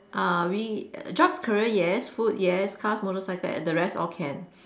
are we err jobs career yes food yes cars motorcycle the rest all can